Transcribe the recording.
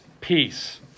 peace